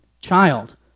child